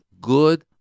good